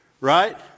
right